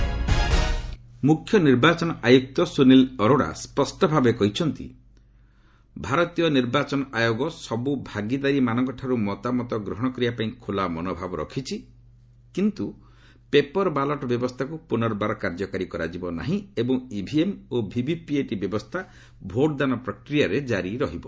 EC କନ୍ଫରେନୁ ମୁଖ୍ୟ ନିର୍ବାଚନ ଆୟୁକ୍ତ ସୁନୀଲ ଅରୋଡା ସ୍ୱଷ୍ଟଭାବେ କହିଛନ୍ତି ଭାରତୀୟ ନିର୍ବାଚନ ଆୟୋଗ ସବୁ ଭାଗିଦାରୀମାନଙ୍କଠାରୁ ମତାମତ ଗ୍ରହଣ କରିବା ପାଇଁ ଖୋଲା ମନୋଭାବ ରଖିଛି କିନ୍ତୁ ପେପର ବାଲାଟ ବ୍ୟବସ୍ଥାକୁ ପୁନର୍ବାର କାର୍ଯ୍ୟକାରୀ କରାଯିବ ନାହିଁ ଏବଂ ଇଭିଏମ୍ ଓ ଭିଭିପିଏଟି ବ୍ୟବସ୍ଥା ଭୋଟ୍ଦାନ ପ୍ରକ୍ରିୟାରେ ଜାରି ରହିବ